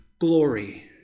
glory